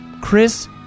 Chris